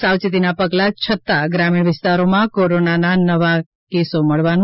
સાવચેતીનાં પગલાં છતાં ગ્રામીણ વિસ્તારોમાં કોરોનાના નવા કેસો મળવાનું